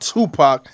Tupac